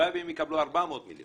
הלוואי והם יקבלו 400 מיליון,